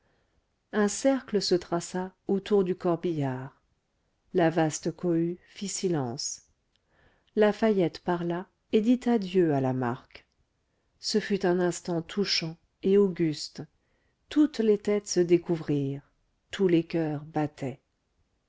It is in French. un cercle se traça autour du corbillard la vaste cohue fit silence lafayette parla et dit adieu à lamarque ce fut un instant touchant et auguste toutes les têtes se découvrirent tous les coeurs battaient